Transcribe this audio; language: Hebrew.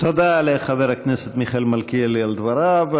תודה לחבר הכנסת מיכאל מלכיאלי על דבריו.